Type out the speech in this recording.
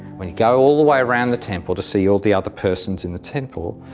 when you go all the way around the temple to see all the other persons in the temple,